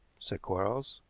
said quarles.